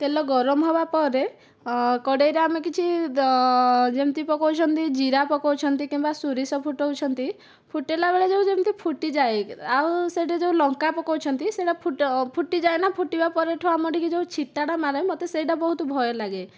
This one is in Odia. ତେଲ ଗରମ ହେବା ପରେ କଡ଼େଇରେ ଆମେ କିଛି ଯେମିତି ପକଉଛନ୍ତି ଜିରା ପକୁଛନ୍ତି କିମ୍ବା ସୋରିଶ ଫୁଟଉଛନ୍ତି ଫୁଟିଲା ବେଳେ ଯେଉଁ ଯେମତି ଫୁଟିଯାଏ ଆଉ ସେଇଠି ଯେଉଁ ଲଙ୍କା ପକଉଛନ୍ତି ଫୁଟ ଫୁଟିଯାଏ ନା ଫୁଟିବା ପରଠାରୁ ଆମ ଟିକିଏ ଯେଉଁ ଛିଟାଟା ମାରେ ନା ମୋତେ ସେଇଟା ବହୁତ ଭୟ ଲାଗେ